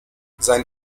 sein